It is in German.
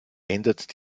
ändert